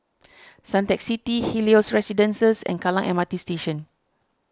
Suntec City Helios Residences and Kallang M R T Station